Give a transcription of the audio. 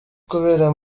kubera